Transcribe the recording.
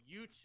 YouTube